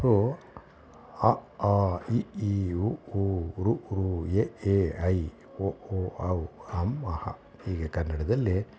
ಅವು ಅ ಆ ಇ ಈ ಉ ಊ ಋ ೠ ಎ ಐ ಒ ಓ ಔ ಅಂ ಅಃ ಹೀಗೆ ಕನ್ನಡದಲ್ಲಿ